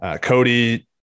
Cody